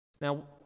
Now